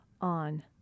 on